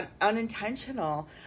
unintentional